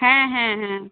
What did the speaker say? হ্যাঁ হ্যাঁ হ্যাঁ